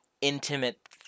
intimate